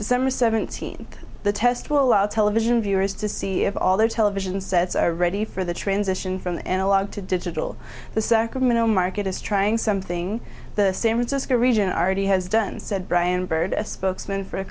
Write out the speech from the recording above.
december seventeenth the test will allow television viewers to see if all their television sets are ready for the transition from analog to digital the sacramento market is trying something the san francisco region already has done said brian baird a spokes